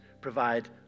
provide